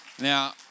Now